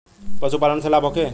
पशु पालन से लाभ होखे?